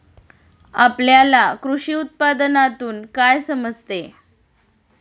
आपल्याला कृषी उत्पादनातून काय समजते?